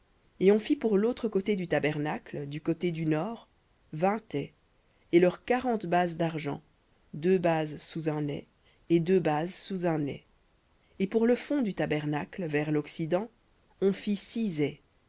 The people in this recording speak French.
et on fit pour l'autre côté du tabernacle du côté du nord vingt ais et leurs quarante bases d'argent deux bases sous un ais et deux bases sous un ais et pour le fond du tabernacle vers l'occident on fit six ais